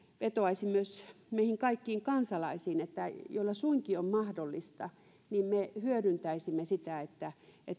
vetoaisin myös meihin kaikkiin kansalaisiin joille se suinkin on mahdollista että me hyödyntäisimme sitä että